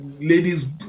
ladies